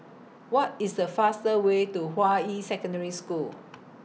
What IS The faster Way to Hua Yi Secondary School